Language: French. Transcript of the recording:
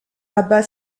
abat